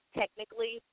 technically